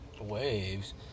Waves